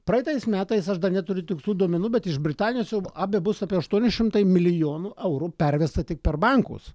praeitais metais aš dar neturi tikslių duomenų bet iš britanijos jau apie bus apie aštuoni šimtai milijonų eurų pervesta tik per bankus